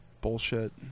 bullshit